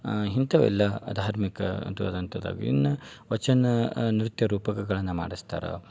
ಇಂಥವೆಲ್ಲ ಧಾರ್ಮಿಕ ಇನ್ನ ವಚನ ನೃತ್ಯ ರೂಪಕಗಳನ್ನ ಮಾಡಸ್ತಾರೆ